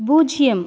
பூஜ்ஜியம்